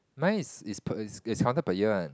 mine's is is is counted per year one